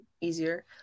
easier